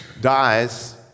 dies